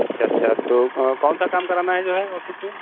अच्छा अच्छा तो कौन सा काम कराना है जो है ऑफ़िस में